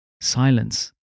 Silence